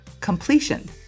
completion